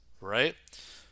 right